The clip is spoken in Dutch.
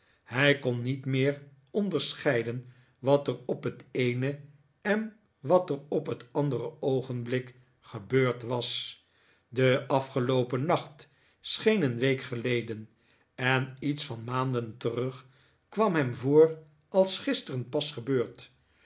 hij kpn niet meer onderscheiden wat er op het eene en wat er op het andere oogenblik gebeurd was de afgeloopen nacht scheen een week geleden en iets van maanden terug kwam hem voor als gisteren pas gebeurd